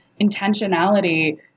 intentionality